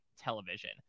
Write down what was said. television